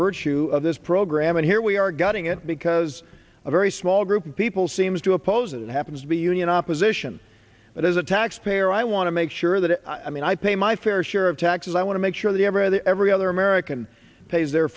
virtue of this program and here we are gutting it because a very small group of people seems to oppose it it happens to be union opposition but as a taxpayer i want to make sure that i mean i pay my fair share of taxes i want to make sure that every the every other american pays their